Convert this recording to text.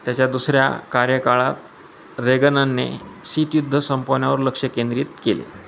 त्याच्या दुसऱ्या कार्यकाळात रेगननने शीतयुद्ध संपवण्यावर लक्ष केंद्रित केले